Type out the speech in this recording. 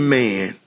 man